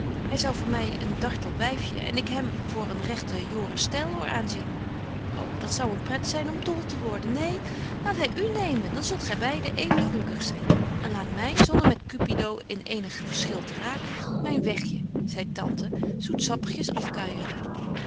hy zou my voor een dartel wyfje en ik hem voor een regten joris steiloor aanzien ô dat zou een pret zyn om dol te worden neen laat hy u nemen dan zult gy beide even gelukkig zyn en laat my zonder met cupido in eenig verschil te raken myn wegje zeit tante zoetzappigjes afkuiëren